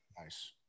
Nice